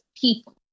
people